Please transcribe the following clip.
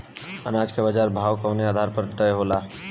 अनाज क बाजार भाव कवने आधार पर तय होला?